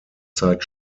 zeit